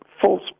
false